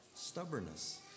Stubbornness